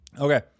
Okay